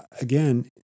again